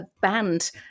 banned